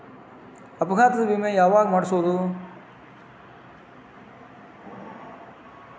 ಅಪಘಾತ ವಿಮೆ ಯಾವಗ ಮಾಡಿಸ್ಬೊದು?